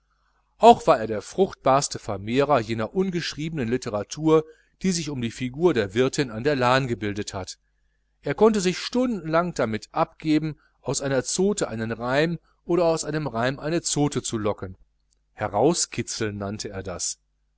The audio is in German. auch war er der fruchtbarste vermehrer jener ungeschriebenen litteratur die sich um die figur der wirtin an der lahn gebildet hat er konnte sich stundenlang damit abgeben aus einer zote einen reim oder aus einem reim eine zote zu locken herauskitzeln nannte er das